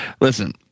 Listen